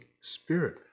Spirit